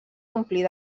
omplir